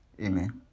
Amen